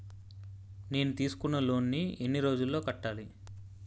నేను తీసుకున్న లోన్ నీ ఎన్ని రోజుల్లో కట్టాలి?